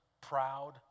proud